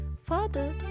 Father